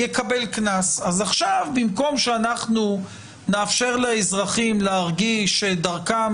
עכשיו, במקום שאנחנו נאפשר לאזרחים להרגיש שדרכם